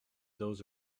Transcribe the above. those